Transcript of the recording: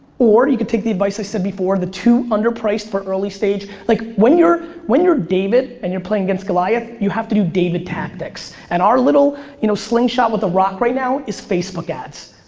or, you could take the advice i said before, the two underpriced for early stage. like, when you're when you're david and you're playing against goliath, you have to do david tactics. and our little you know slingshot with a rock right now, is facebook ads.